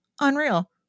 unreal